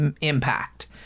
impact